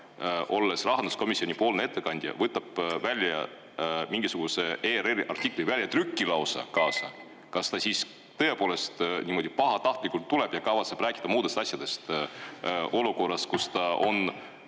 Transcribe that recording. olles rahanduskomisjonipoolne ettekandja, võtab välja mingisuguse ERR-i artikli väljatrüki lausa kaasa? Kas ta siis tõepoolest niimoodi pahatahtlikult tuleb ja kavatseb rääkida muudest asjadest olukorras, kus ta on